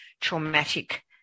traumatic